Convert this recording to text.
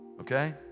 okay